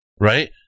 right